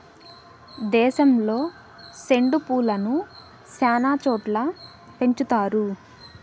దేశంలో సెండు పూలను శ్యానా చోట్ల పెంచుతారు